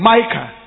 Micah